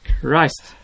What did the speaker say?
Christ